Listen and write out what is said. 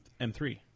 M3